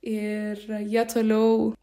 ir jie toliau